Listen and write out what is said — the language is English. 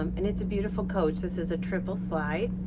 um and it's a beautiful coach. this is a triple slide.